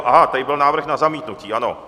Tady byl návrh na zamítnutí, ano.